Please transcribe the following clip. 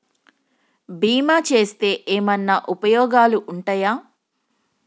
బీమా చేస్తే ఏమన్నా ఉపయోగాలు ఉంటయా?